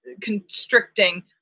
constricting